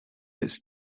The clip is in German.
ist